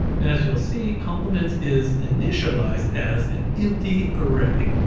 and as you'll see, compliments is initialized as an empty array.